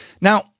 Now